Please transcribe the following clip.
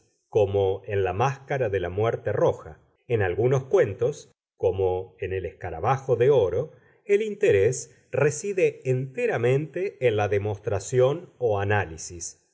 como en la máscara de la muerte roja en algunos cuentos como en el escarabajo de oro el interés reside enteramente en la demostración o análisis